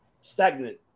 stagnant